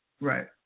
Right